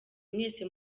mwese